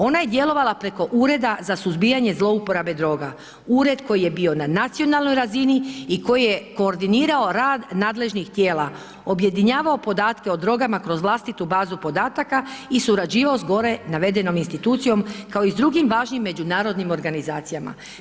Ona je djelovala preko Ureda za suzbijanje zlouporabe droga, ured koji je bio na nacionalnoj razini i koji je koordinirao rad nadležnih tijela, objedinjavao podatke o drogama kroz vlastitu bazu podataka i surađivao s gore navedenom institucijom kao i s drugim važnim međunarodnim organizacijama.